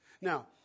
Now